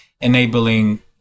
enabling